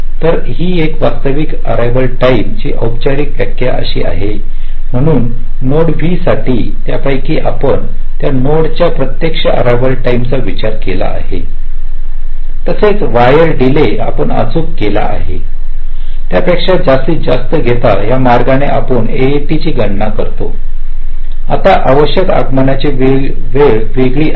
तर हे ही वास्तविक अररिवाल टाईमची औपचारिक व्याख्या अशी आहे म्हणून नोड v साठी त्यापैकी आपण त्या नोड च्या प्रत्यक्ष अररिवाल टाईमचा विचार केला आहे तसेच वायर डीले आपण अचूक केला आहे त्यापेक्षा जास्तीत जास्त घेतो त्या मार्गाने आपण एएटीची गणना करतो आता आवश्यक आगमनाची वेळ वेगळी आहे